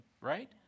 right